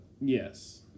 Yes